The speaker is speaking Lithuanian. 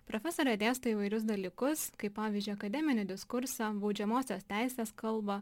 profesorė dėsto įvairius dalykus kaip pavyzdžiui akademinį diskursą baudžiamosios teisės kalbą